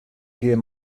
kear